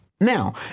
Now